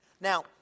Now